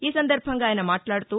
ఈసందర్బంగా ఆయన మాట్లాడుతూ